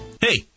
Hey